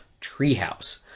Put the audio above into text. Treehouse